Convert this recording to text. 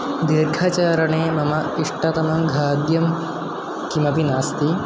दीर्घचारणे मम इष्टतमं खाद्यं किमपि नास्ति